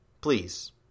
Please